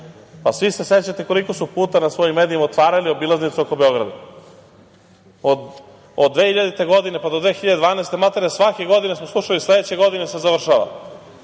se sećate koliko su puta na svojim medijima otvarali obilaznicu oko Beograda. Od 2000. godine, pa do 2012. godine, maltene, svake godine smo slušali - sledeće godine se završava.O